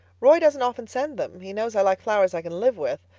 roy doesn't often send them he knows i like flowers i can live with.